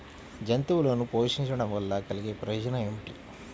జంతువులను పోషించడం వల్ల కలిగే ప్రయోజనం ఏమిటీ?